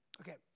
Okay